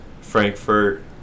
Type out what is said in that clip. Frankfurt